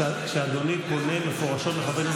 כשאדוני פונה מפורשות לחבר כנסת,